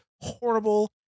horrible